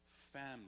family